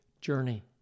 journey